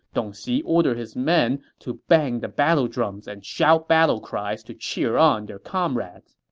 dong xi ordered his men to bang the battle drums and shout battle cries to cheer on their comrades.